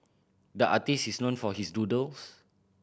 the artist is known for his doodles